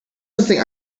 something